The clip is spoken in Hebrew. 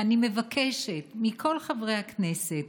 ואני מבקשת מכל חברי הכנסת